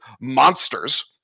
monsters